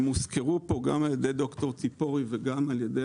שהוזכרו פה גם על ידי ד"ר צפורי וגם על ידי